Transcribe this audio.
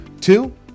Two